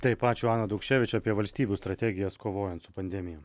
taip ačiū ana daukševič apie valstybių strategijas kovojant su pandemija